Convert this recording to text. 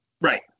Right